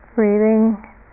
Breathing